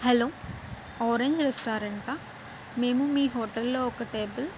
hello Auranga రెస్టారెంటా మేము మీ హోటల్లో ఒక టేబుల్